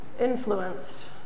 influenced